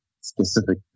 specific